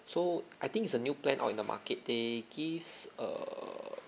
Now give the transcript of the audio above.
so I think it's a new plan or in the market they gives err